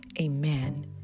Amen